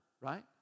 right